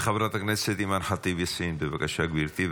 חברת הכנסת אימאן ח'טיב יאסין, בבקשה, גברתי.